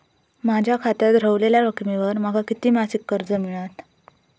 माझ्या खात्यात रव्हलेल्या रकमेवर माका किती मासिक कर्ज मिळात?